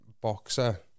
boxer